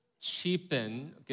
cheapen